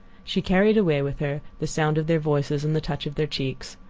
she carried away with her the sound of their voices and the touch of their cheeks.